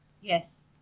Yes